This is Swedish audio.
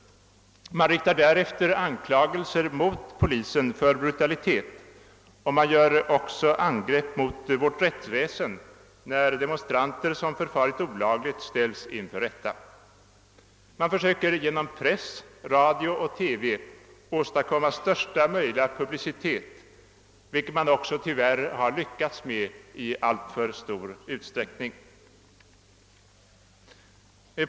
Man riktar därefter anklagelser mot polisen för brutalitet, och man riktar också angrepp mot vårt rättsväsende när demonstranter som förfarit olagligt ställs inför rätta. Man försöker genom press, radio och TV åstadkomma största möjliga publicitet, vilket man också tyvärr i alltför stor utsträckning har lyckats med.